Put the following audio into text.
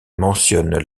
mentionnent